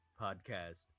podcast